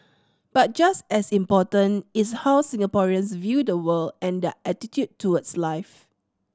but just as important is how Singaporeans view the world and their attitude towards life